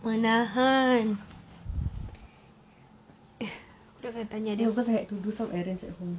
no because I had to do some errands at home